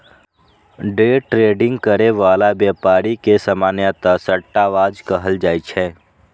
day trading करै बला व्यापारी के सामान्यतः सट्टाबाज कहल जाइ छै